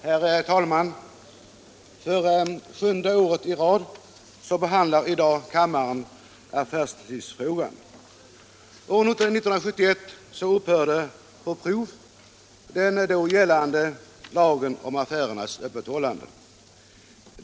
Herr talman! För sjunde året i rad behandlar i dag kammaren affärstidsfrågan. År 1971 upphörde på prov den då gällande lagen om affärernas öppethållande.